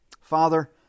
Father